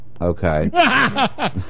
Okay